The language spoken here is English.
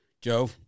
Joe